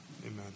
amen